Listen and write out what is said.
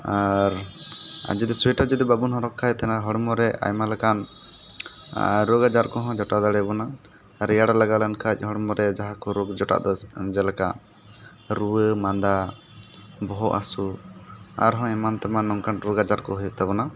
ᱟᱨ ᱡᱩᱫᱤ ᱥᱩᱭᱮᱴᱟᱨ ᱡᱩᱫᱤ ᱵᱟᱵᱚᱱ ᱦᱚᱨᱚᱜᱽ ᱠᱷᱟᱡ ᱛᱤᱱᱟᱹᱜ ᱦᱚᱲᱢᱚᱨᱮ ᱟᱭᱢᱟ ᱞᱮᱠᱟᱱ ᱨᱳᱜᱽ ᱟᱡᱟᱨ ᱠᱚᱦᱚᱸ ᱡᱚᱴᱟᱣ ᱫᱟᱲᱮᱭᱟᱵᱚᱱᱟ ᱨᱮᱭᱟᱲ ᱞᱟᱜᱟᱣ ᱞᱮᱱᱠᱷᱟᱡ ᱦᱚᱲᱢᱚᱨᱮ ᱡᱟᱦᱟᱠᱚ ᱨᱳᱜᱽ ᱡᱚᱴᱟᱜ ᱫᱚ ᱥᱮ ᱡᱮᱞᱮᱠᱟ ᱨᱩᱣᱟᱹ ᱢᱟᱫᱟ ᱵᱚᱦᱚᱜ ᱦᱟᱥᱩ ᱟᱨᱦᱚᱸ ᱮᱢᱟᱱ ᱛᱮᱢᱟᱱ ᱱᱚᱝᱠᱟᱱ ᱨᱳᱜᱽ ᱟᱡᱟᱨ ᱠᱚ ᱦᱩᱭᱩᱜ ᱛᱟᱵᱚᱱᱟ